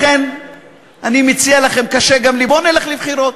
לכן אני מציע לכם, קשה גם לי: בואו נלך לבחירות.